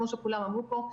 כמו שכולם אמרו פה,